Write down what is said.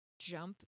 jump